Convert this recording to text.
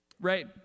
Right